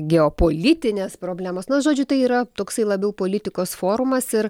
geopolitinės problemos na žodžiu tai yra toksai labiau politikos forumas ir